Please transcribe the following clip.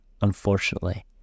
Unfortunately